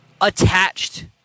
attached